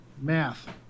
math